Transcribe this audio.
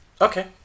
Okay